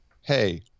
Hey